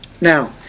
Now